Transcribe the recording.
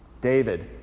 David